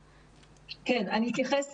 כן, אני אתייחס